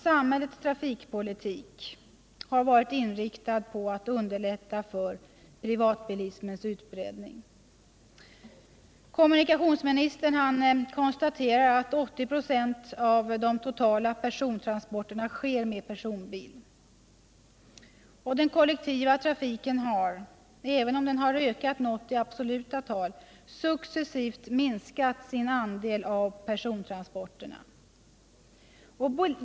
Samhällets trafikpolitik har varit inriktad på att underlätta privatbilismens utbredning. Kommunikationsministern konstaterar att 80 96 av de totala persontransporterna sker med personbil. Den kollektiva trafiken har, även om den ökat något i absoluta tal, successivt minskat sin andel av persontransporterna.